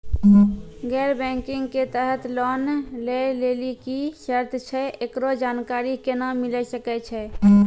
गैर बैंकिंग के तहत लोन लए लेली की सर्त छै, एकरो जानकारी केना मिले सकय छै?